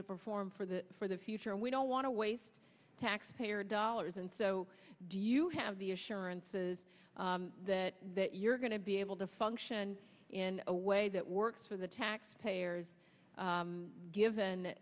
to perform for the for the future and we don't want to waste taxpayer dollars and so do you have the assurances that that you're going to be able to function in a way that works for the taxpayers given